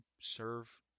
serve